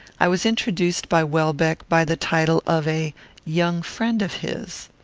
i was introduced by welbeck by the title of a young friend of his.